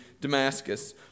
Damascus